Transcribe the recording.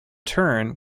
turn